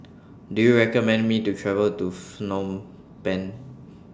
Do YOU recommend Me to travel to Phnom Penh